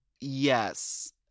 Yes